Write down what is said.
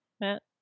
Matt